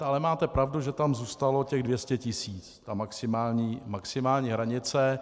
Ale máte pravdu, že tam zůstalo těch 200 tisíc, ta maximální hranice.